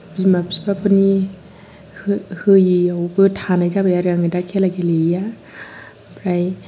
बिमा बिफाफोरनि होयियावबो थानाय जाबाय आरो आङो दा खेला गेलेयिया ओमफ्राय